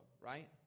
right